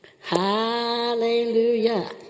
Hallelujah